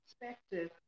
perspective